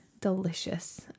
delicious